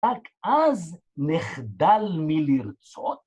‫רק אז נחדל מלרצות.